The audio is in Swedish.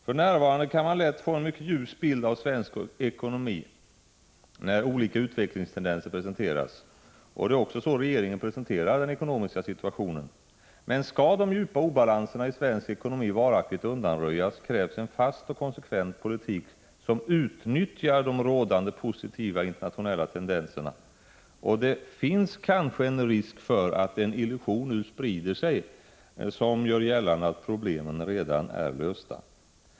För närvarande kan man lätt få en mycket ljus bild av svensk ekonomi när olika utvecklingstendenser presenteras, och det är också så regeringen presenterar den ekonomiska situationen. Men skall de djupa obalanserna i svensk ekonomi varaktigt undanröjas krävs en fast och konsekvent politik 151 som utnyttjar de rådande positiva internationella tendenserna. Det finns kanske en risk för att en illusion nu sprider sig som gör gällande att problemen redan är lösta.